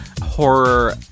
horror